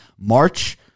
March